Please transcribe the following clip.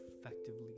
effectively